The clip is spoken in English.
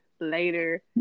later